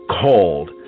called